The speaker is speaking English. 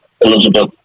Elizabeth